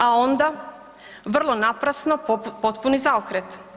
A onda, vrlo naprasno potpuni zaokret.